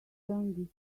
turn